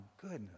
goodness